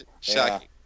shocking